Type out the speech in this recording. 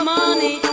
money